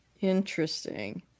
interesting